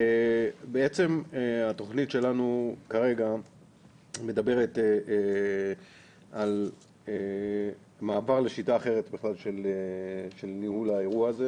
בעצם התוכנית שלנו כרגע מדברת על מעבר לשיטה אחרת של ניהול האירוע הזה,